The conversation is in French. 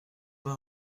pas